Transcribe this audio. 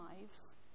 lives